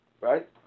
Right